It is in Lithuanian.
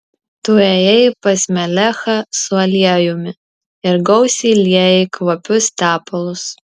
tu ėjai pas melechą su aliejumi ir gausiai liejai kvapius tepalus